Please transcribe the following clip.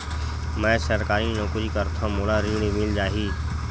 मै सरकारी नौकरी करथव मोला ऋण मिल जाही?